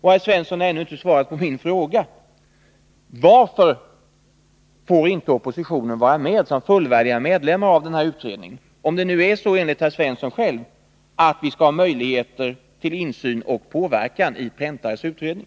Herr Svensson har ännu inte svarat på min fråga: Varför får inte företrädare för oppositionen vara med som fullvärdiga medlemmar i den här utredningen, om det verkligen är så som herr Svensson själv sagt, att vi skall ha möjlighet till insyn och påverkan i Bo Präntares utredning?